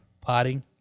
potting